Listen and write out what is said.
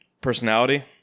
personality